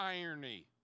irony